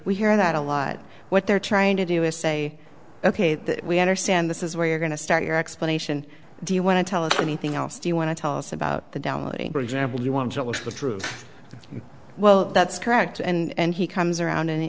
we hear that a lot what they're trying to do is say ok that we understand this is where you're going to start your explanation do you want to tell us anything else do you want to tell us about the downloading for example you want the truth well that's correct and he comes around and